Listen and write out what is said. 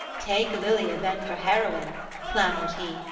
take lilia, then, for heroine' clamoured he,